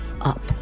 up